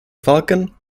falcon